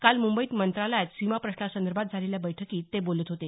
काल मुंबईत मंत्रालयात सीमाप्रश्नासंदर्भात झालेल्या बैठकीत बोलत होते